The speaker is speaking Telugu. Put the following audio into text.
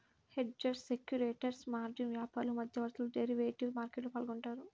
హెడ్జర్స్, స్పెక్యులేటర్స్, మార్జిన్ వ్యాపారులు, మధ్యవర్తులు డెరివేటివ్ మార్కెట్లో పాల్గొంటారు